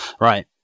Right